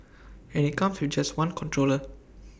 and IT comes with just one controller